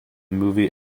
movie